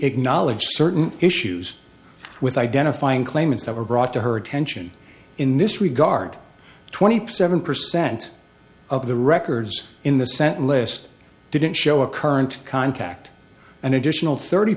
acknowledged certain issues with identifying claimants that were brought to her attention in this regard twenty seven percent of the records in the senate list didn't show a current contact an additional thirty